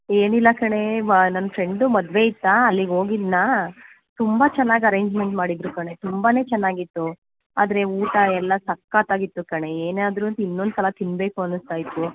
ಏನಿಲ್ಲ ಕಣೇ ವಾ ನನ್ನ ಫ್ರೆಂಡ್ದು ಮದುವೆ ಇತ್ತಾ ಅಲ್ಲಿಗೆ ಹೋಗಿದ್ದನಾ ತುಂಬಾ ಚೆನ್ನಾಗಿ ಅರೆಂಜ್ಮೆಂಟ್ ಮಾಡಿದ್ದರು ಕಣೇ ತುಂಬಾ ಚೆನ್ನಾಗಿತ್ತು ಆದರೆ ಊಟ ಎಲ್ಲ ಸಕ್ಕತಾಗಿತ್ತು ಕಣೇ ಏನಾದರು ಇನ್ನೊಂದು ಸಲ ತಿನ್ನಬೇಕು ಅನಿಸ್ತಾ ಇತ್ತು